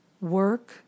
work